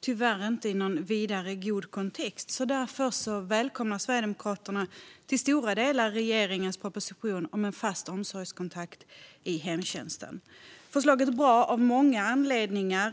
tyvärr inte i någon vidare god kontext. Därför välkomnar Sverigedemokraterna till stora delar regeringens proposition om en fast omsorgskontakt i hemtjänsten. Förslaget är bra av många anledningar.